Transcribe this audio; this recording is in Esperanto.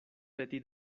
peti